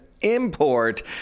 import